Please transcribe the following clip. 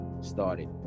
started